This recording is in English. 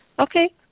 Okay